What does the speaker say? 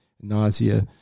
nausea